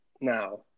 Now